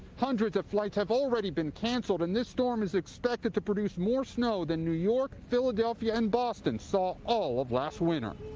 hundreds of flights have been canceled and this storm is expected to produce more snow than new york, philadelphia and boston saw all of last winter.